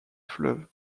fleuve